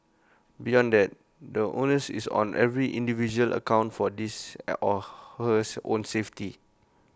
beyond that the onus is on every individual account for this or her own safety